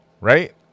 right